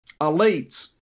elites